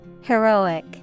Heroic